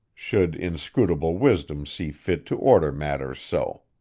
should inscrutable wisdom see fit to order matters so.